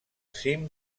cim